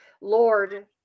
Lord